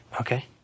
Okay